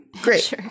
Great